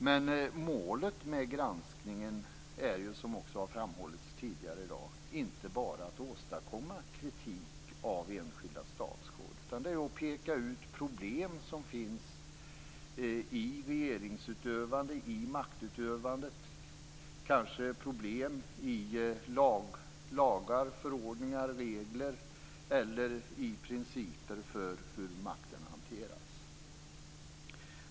Men målet med granskningen är, som framhållits tidigare i dag, inte bara att åstadkomma kritik av enskilda statsråd utan att också peka ut problem som finns i regeringsutövandet och maktutövandet. Kanske handlar det om problem i lagar, förordningar, regler eller principer för hur makten hanteras.